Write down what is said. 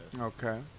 Okay